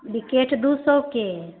wicket दू सएके